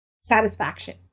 satisfaction